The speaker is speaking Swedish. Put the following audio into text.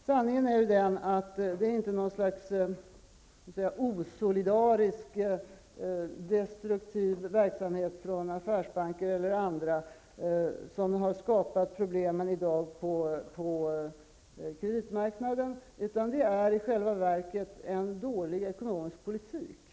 Sanningen är den att det inte är någon slags osolidarisk destruktiv verksamhet från affärsbanker eller andra som skapat problemen i dag på kreditmarknaden. Det är i själva verket en dålig ekonomisk politik.